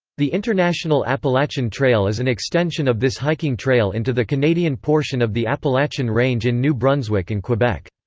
the international appalachian trail is an extension of this hiking trail into the canadian portion of the appalachian range in new brunswick and quebec.